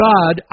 God